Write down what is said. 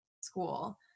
school